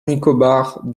nicobar